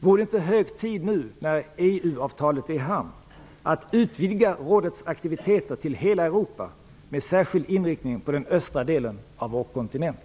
Vore det inte hög tid nu, när EU avtalet är i hamn, att utvidga rådets aktiviteter till hela Europa, med särskild inriktning på den östra delen av vår kontinent?